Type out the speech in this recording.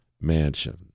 mansion